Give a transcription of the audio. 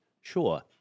Sure